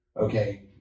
okay